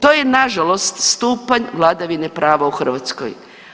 To je nažalost stupanj vladavine prava u Hrvatskoj.